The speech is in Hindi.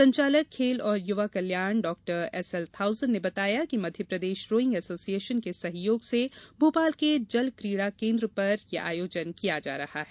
संचालक खेल और युवा कल्याण डॉ एसएल थाउसेन ने बताया कि मध्य प्रदेश रोइंग एसोसिएशन के सहयोग से भोपाल के जलक्रीड़ा केन्द्र पर ये आयोजन किया जा रहा है